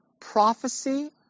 prophecy